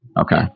Okay